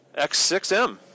X6M